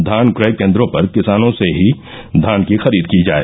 धान क्रय केन्द्रों पर किसानों से ही धान की खरीद की जाय